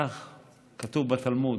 כך כתוב בתלמוד.